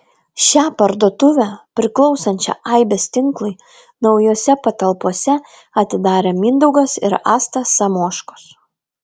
šią parduotuvę priklausančią aibės tinklui naujose patalpose atidarė mindaugas ir asta samoškos